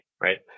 right